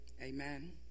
Amen